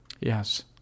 yes